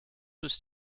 was